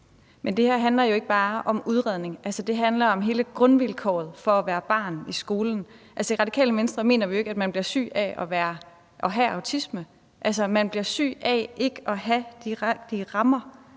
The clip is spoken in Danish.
Men det her handler jo ikke bare om udredning; det handler jo om hele grundvilkåret for at være barn i skolen. Altså, i Radikale Venstre mener vi jo ikke, at man bliver syg af at have autisme, men man bliver syg af ikke at have de rette rammer,